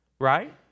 right